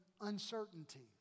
uncertainty